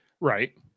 Right